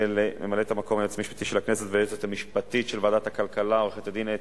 ולממלאת המקום של היועץ המשפטי של